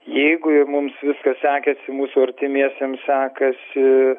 jeigu ir mums viskas sekėsi mūsų artimiesiems sekasi